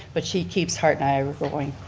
but she keeps heart niagara going.